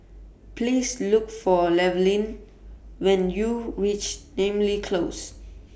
Please Look For Llewellyn when YOU REACH Namly Close